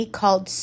called